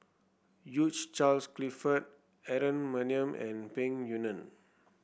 Hugh Charles Clifford Aaron Maniam and Peng Yuyun